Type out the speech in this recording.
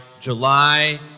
July